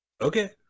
Okay